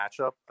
matchup